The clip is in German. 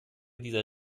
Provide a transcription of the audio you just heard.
dieser